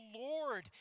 Lord